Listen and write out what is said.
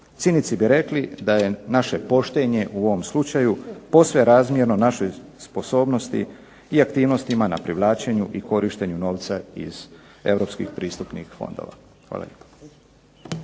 Cinici bi rekli da je naše poštenje u ovom slučaju posve razmjerno našoj sposobnosti i aktivnostima na privlačenju i korištenju novca iz europskih pristupnih fondova. Hvala